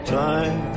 time